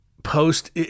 post